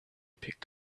picked